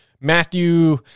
Matthew